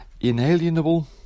inalienable